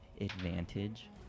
advantage